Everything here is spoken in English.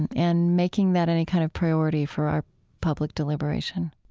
and and making that any kind of priority for our public deliberation